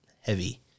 heavy